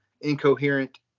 incoherent